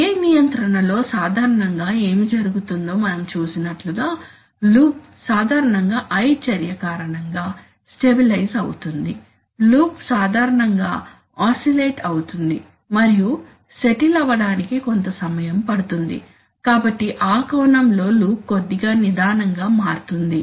PI నియంత్రణలో సాధారణంగా ఏమి జరుగుతుందో మనం చూసినట్లుగా లూప్ సాధారణంగా I చర్య కారణంగా స్టెబిలైజ్ అవుతుంది లూప్ సాధారణంగా ఆసిలేట్ ఆవుతుంది మరియు సెటిల్ అవడానికి కొంత సమయం పడుతుంది కాబట్టి ఆ కోణంలో లూప్ కొద్దిగా నిదానంగా మారుతుంది